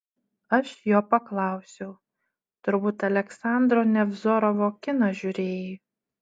aš jo paklausiau turbūt aleksandro nevzorovo kiną žiūrėjai